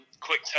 quick